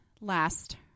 last